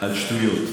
על שטויות.